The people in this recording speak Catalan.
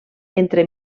entre